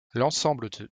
l’ensemble